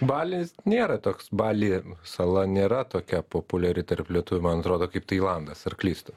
balis nėra toks bali sala nėra tokia populiari tarp lietuvių man atrodo kaip tailandas ar klystu